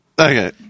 Okay